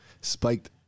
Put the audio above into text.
spiked